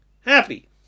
happy